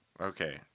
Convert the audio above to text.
Okay